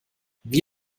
wie